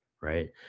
Right